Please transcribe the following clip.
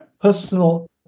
personal